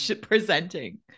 presenting